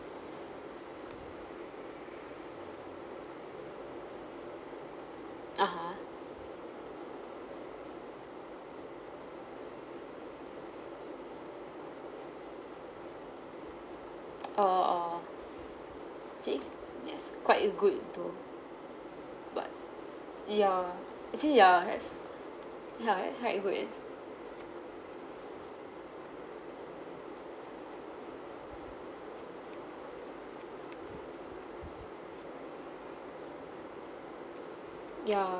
(uh huh) orh orh actually yes quite uh good to but ya actually ya yes ya that's quite good ya